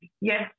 Yes